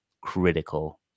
critical